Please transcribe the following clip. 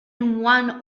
one